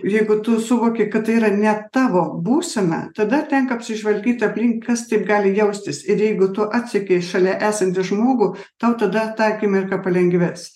jeigu tu suvoki kad tai yra ne tavo būsena tada tenka apsižvalgyti aplink kas taip gali jaustis ir jeigu tu atsekei šalia esantį žmogų tau tada tą akimirką palengvės